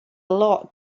lot